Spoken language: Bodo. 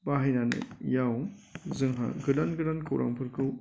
बाहायनायाव जोंहा गोदान गोदान खौरांफोरखौ